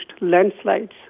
landslides